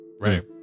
Right